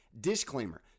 disclaimer